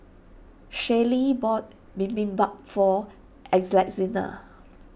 Shaylee bought Bibimbap for Alexina